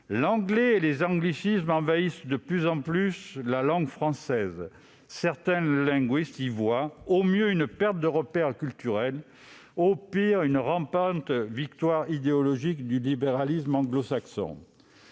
L'anglais et les anglicismes envahissent de plus en plus la langue française. Certains linguistes y voient, au mieux une perte des repères culturels, au pire une rampante victoire idéologique du libéralisme anglo-saxon.